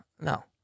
No